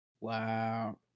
Wow